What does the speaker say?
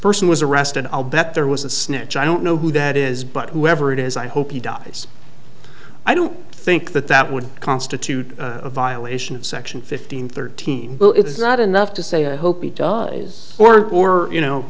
person was arrested i'll bet there was a snitch i don't know who that is but whoever it is i hope he dies i don't think that that would constitute a violation of section fifteen thirteen well it's not enough to say i hope he does or or you know